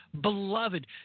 beloved